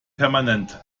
permanent